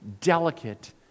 delicate